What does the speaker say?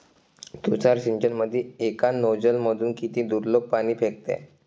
तुषार सिंचनमंदी एका नोजल मधून किती दुरलोक पाणी फेकते?